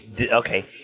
Okay